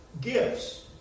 gifts